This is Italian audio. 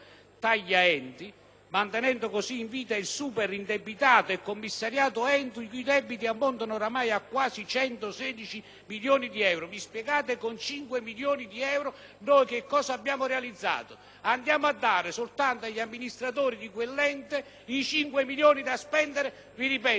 mantenendo così in vita il superindebitato e commissariato Ente i cui debiti ammontano ormai a quasi 116 milioni di euro. Mi spiegate con 5 milioni di euro noi che cosa abbiamo realizzato, oltre a dare agli amministratori di quell'Ente 5 milioni da spendere? Lo ripeto: diamo questi soldi alle famiglie degli agricoltori